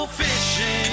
fishing